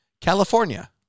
California